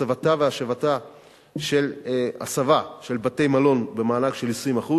הסבה והשבה של בתי-מלון במענק של 20%,